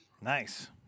Nice